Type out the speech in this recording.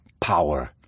power